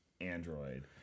android